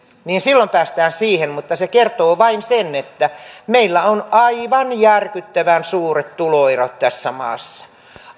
silloin päästään siihen mutta se kertoo vain sen että meillä on aivan järkyttävän suuret tuloerot tässä maassa